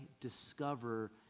discover